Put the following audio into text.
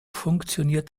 funktioniert